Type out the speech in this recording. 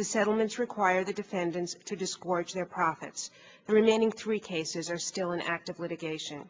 the settlements require the defendants to discourage their profits the remaining three cases are still in active litigation